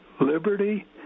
liberty